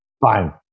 Fine